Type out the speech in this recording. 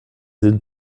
sind